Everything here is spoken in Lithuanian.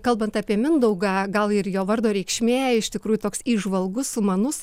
kalbant apie mindaugą gal ir jo vardo reikšmė iš tikrųjų toks įžvalgus sumanus